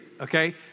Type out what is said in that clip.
okay